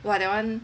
!wah! that one